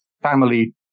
family